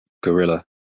gorilla